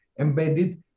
embedded